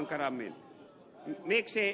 miksi ed